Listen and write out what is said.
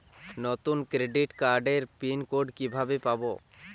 নতুন ক্রেডিট কার্ডের pin code কিভাবে পাব?